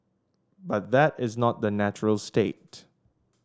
but that is not the natural state